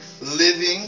living